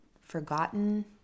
forgotten